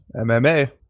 MMA